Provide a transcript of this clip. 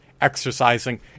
exercising